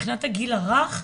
מבחינת הגיל הרך,